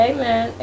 Amen